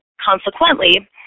consequently